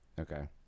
Okay